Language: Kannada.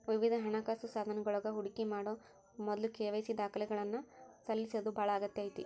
ವಿವಿಧ ಹಣಕಾಸ ಸಾಧನಗಳೊಳಗ ಹೂಡಿಕಿ ಮಾಡೊ ಮೊದ್ಲ ಕೆ.ವಾಯ್.ಸಿ ದಾಖಲಾತಿಗಳನ್ನ ಸಲ್ಲಿಸೋದ ಬಾಳ ಅಗತ್ಯ ಐತಿ